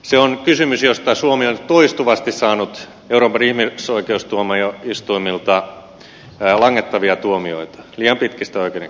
se on kysymys josta suomi on toistuvasti saanut euroopan ihmisoikeustuomioistuimelta langettavia tuomioita liian pitkistä oikeudenkäynneistä